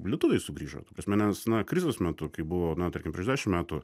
lietuviai sugrįžo ta prasme nes na krizės metu kai buvo na tarkim prieš dešim metų